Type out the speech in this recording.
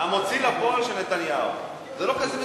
"המוציא לפועל של נתניהו" זה לא כזה מדויק.